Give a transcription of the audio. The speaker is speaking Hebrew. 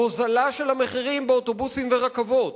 הוזלה של המחירים באוטובוסים ורכבות.